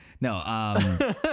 no